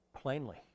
Plainly